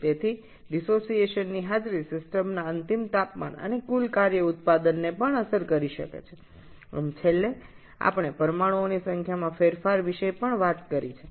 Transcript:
সুতরাং বিয়োজনের ফলে সিস্টেমের চূড়ান্ত তাপমাত্রা এবং মোট কাজের উত্পাদনকে প্রভাবিত করতে পারে এবং অবশেষে আমরা অণুর সংখ্যাতে ভিন্নতা সম্পর্কেও কথা বলেছি